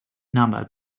number